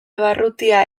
barrutia